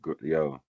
yo